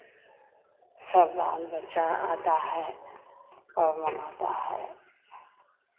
सब बाल बच्चा आता है और मनाता है